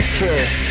kiss